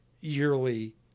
yearly